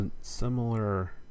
similar